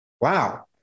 Wow